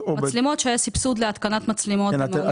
סבסוד להתקנת מצלמות במעונות יום.